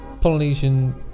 Polynesian